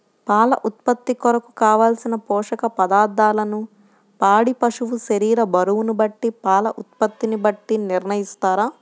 పాల ఉత్పత్తి కొరకు, కావలసిన పోషక పదార్ధములను పాడి పశువు శరీర బరువును బట్టి పాల ఉత్పత్తిని బట్టి నిర్ణయిస్తారా?